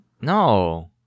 No